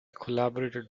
collaborated